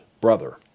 brother